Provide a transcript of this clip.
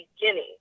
beginning